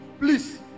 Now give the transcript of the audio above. please